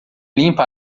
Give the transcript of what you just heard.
limpa